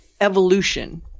evolution